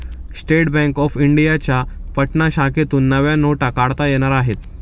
state bank of इंडियाच्या पटना शाखेतून नव्या नोटा काढता येणार आहेत